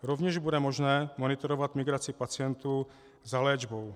Rovněž bude možné monitorovat migraci pacientů za léčbou.